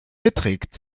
beträgt